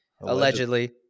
Allegedly